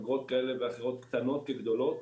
אגרות כאלה ואחרות קטנות כגדולות,